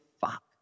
fuck